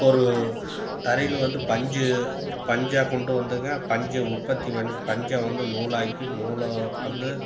ஒரு தறியில் வந்து பஞ்சு பஞ்சை கொண்டு வந்துங்க பஞ்சு உற்பத்தி பண் பஞ்சை வந்து நூலாக்கி நூலை வந்து